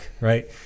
right